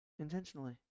Intentionally